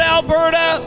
Alberta